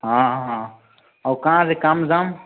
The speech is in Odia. ହଁ ହଁ ଆଉ କାଁ ସେ କାମ୍ ଦାମ୍